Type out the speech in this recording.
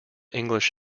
english